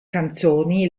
canzoni